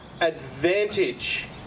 advantage